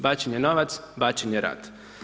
Bačeno je novac, bačen je rad.